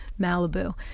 Malibu